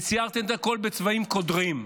וציירתם את הכול בצבעים קודרים.